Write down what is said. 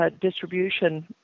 distribution